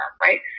right